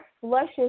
flushes